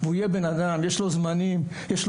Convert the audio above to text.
והוא יהיה בנאדם.